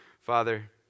Father